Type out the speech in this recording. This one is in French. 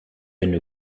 une